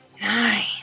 Nine